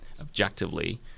objectively